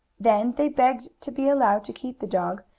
then they begged to be allowed to keep the dog,